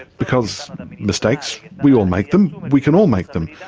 because mistakes, we all make them, we can all make them,